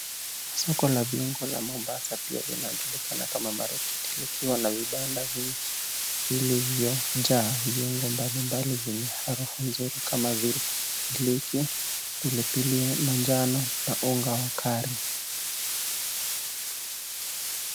Soko la viungo la Mombasa pia linajulikana kama Marekiti likiwa na vibanda vilivyojaa viungo mbalimbali vyenye harufu nzuri kama vile iliki pilipili ya manjano na unga wa kari.